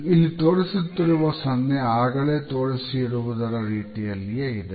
ಇಲ್ಲಿ ತೋರಿಸುತ್ತಿರುವ ಸನ್ನೆ ಆಗಲೇ ತೋರಿಸಿ ಇರುವುದರ ರೀತಿಯಲ್ಲಿಯೇ ಇದೆ